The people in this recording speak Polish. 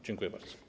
Dziękuję bardzo.